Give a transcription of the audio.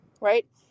right